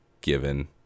given